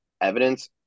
evidence